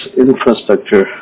infrastructure